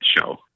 show